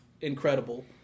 incredible